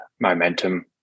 momentum